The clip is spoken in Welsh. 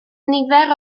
nifer